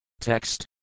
Text